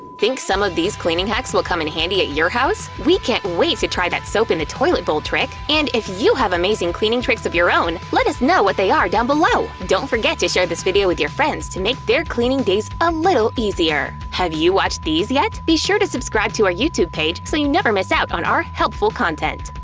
think some of these cleaning hacks will come in handy at your house? we can't wait to try that soap in the toilet bowl trick! and if you have amazing cleaning tricks of your own, let us know what they are down below! don't forget to share this video with your friends to make their cleaning days a little easier. have you watched these yet? be sure to subscribe to our youtube page so you never miss out on our helpful content!